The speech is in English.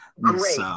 Great